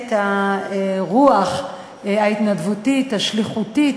את הרוח ההתנדבותית, השליחותית,